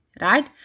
right